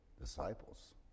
disciples